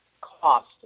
cost